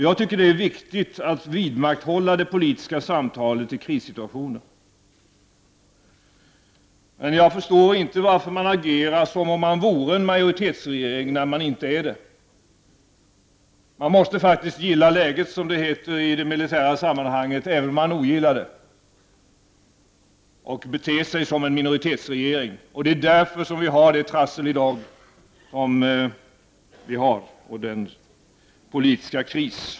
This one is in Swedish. Jag tycker att det är viktigt att vidmakthålla det politiska samtalet i krissituationer. Men jag förstår inte varför man agerar som om man vore en majoritetsregering, när man inte är det. Man måste faktiskt gilla läget, som det heter i det militära, även om man ogillar det och bete sig som en minoritetsregering. Det är därför som vi har fått detta trassel och nu befinner oss i denna politiska kris.